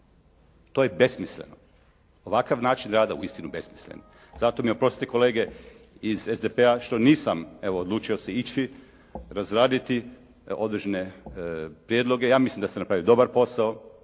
To je besmisleno. Ovakav način rada je uistinu besmislen. Zato mi oprostite kolege iz SDP-a što nisam odlučio se evo ići razraditi određene prijedloge. Ja mislim da ste napravili dobar posao,